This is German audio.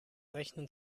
rechnen